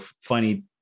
funny